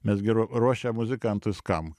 mes gi ruo ruošia muzikantus kam